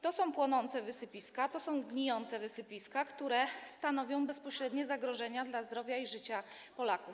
To są płonące wysypiska, to są gnijące wysypiska, które stanowią bezpośrednie zagrożenie dla zdrowia i życia Polaków.